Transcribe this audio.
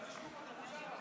אדוני היושב-ראש,